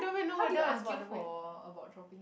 how did you argue for about tropic